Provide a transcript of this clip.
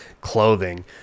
clothing